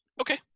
Okay